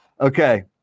Okay